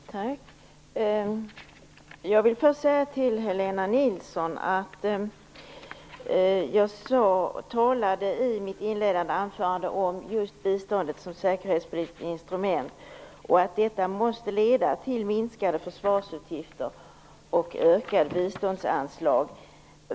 Herr talman! Jag vill först säga till Helena Nilsson att jag i mitt inledande anförande talade om biståndet som säkerhetspolitiskt instrument. Jag sade då att detta måste leda till minskade försvarsutgifter och ökade biståndsanslag.